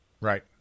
Right